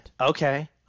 Okay